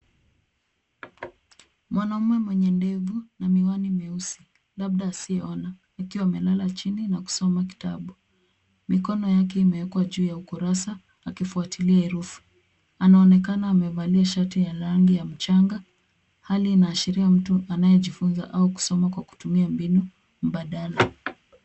Mwanaume mwenye ndefu na miwani myeusi labda asiyeona akiwa amelala chini na kusoma kitabu , mikono yake imewekwa juu ya ukurasa ukifuatilia herufi anaonekana amevalia shati ya rangi ya mchanga, hali inaashiria mtu anayejifunza au kusoma kwa kutumia mbinu mbadala.